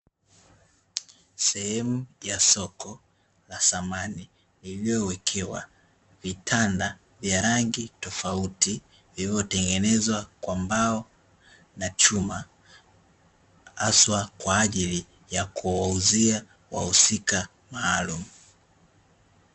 Sehemu ya soko la samani iliyowekewa vitanda vya rangi tofauti, vilivyotengenezwa kwa mbao na chuma, haswa kwa ajili ya kuwauzia wahusika maalumu.